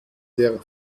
der